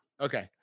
Okay